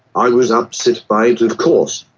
i was upset by it of course,